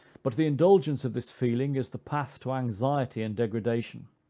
but the indulgence of this feeling is the path to anxiety and degradation.